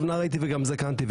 נער הייתי וגם זקנתי,